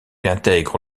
intègre